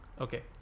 Okay